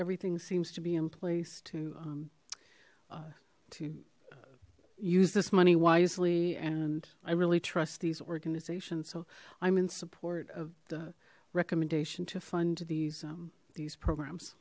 everything seems to be in place to to use this money wisely and i really trust these organizations so i'm in support of the recommendation to fund these these programs